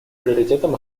приоритетом